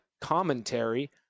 commentary